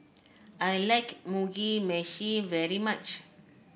I like Mugi Meshi very much